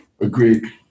Agreed